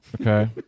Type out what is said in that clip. okay